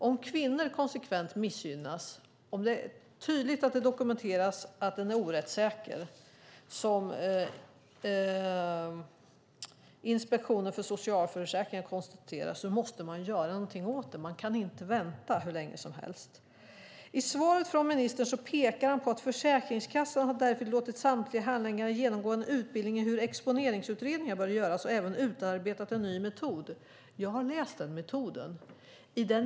Om kvinnor konsekvent missgynnas, om det tydligt dokumenteras att försäkringen inte är rättssäker, som Inspektionen för socialförsäkringen konstaterar, måste något göras åt det. Vi kan inte vänta hur länge som helst. I sitt svar säger ministern att "Försäkringskassan har därför låtit samtliga handläggare genomgå en utbildning i hur exponeringsutredningar bör göras och även utarbetat ett nytt metodstöd". Jag har läst om det metodstödet.